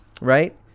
right